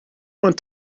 want